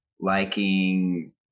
liking